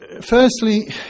firstly